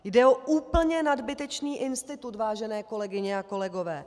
Jde o úplně nadbytečný institut, vážené kolegyně a kolegové.